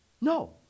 no